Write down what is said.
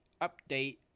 update